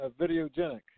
Videogenic